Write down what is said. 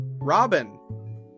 Robin